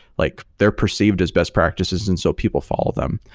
like they're perceived as best practices, and so people follow them.